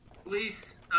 Police